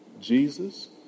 Jesus